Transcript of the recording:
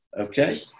Okay